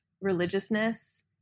religiousness